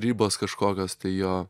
ribos kažkokios tai jo